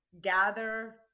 gather